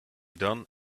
done